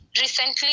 Recently